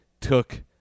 took